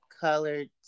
colored